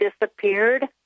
disappeared